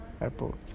airport